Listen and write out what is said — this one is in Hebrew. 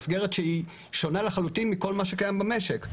מסגרת שהיא שונה לחלוטין מכל מה שקיים במשק?